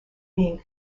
being